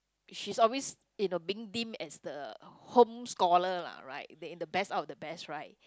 she's always you know being deemed as the home scholar lah right in the best out of the best right